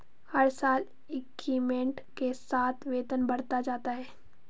हर साल इंक्रीमेंट के साथ वेतन बढ़ता जाता है